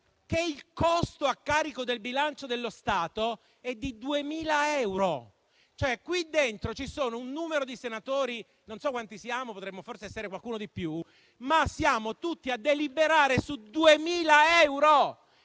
che il costo a carico del bilancio dello Stato è di 2.000 euro. In quest'Aula c'è ora un certo numero di senatori - non so quanti siamo, ma potremmo essere qualcuno di più - che stanno tutti a deliberare su 2.000 euro,